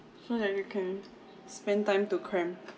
so that we can spend time to cram